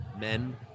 men